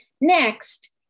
Next